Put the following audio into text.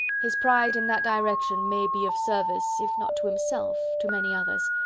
his pride, in that direction, may be of service, if not to himself, to many others,